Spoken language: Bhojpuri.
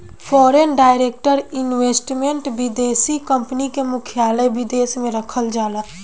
फॉरेन डायरेक्ट इन्वेस्टमेंट में विदेशी कंपनी के मुख्यालय विदेश में रखल जाला